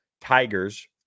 TIGERS